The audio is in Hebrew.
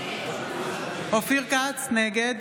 נגד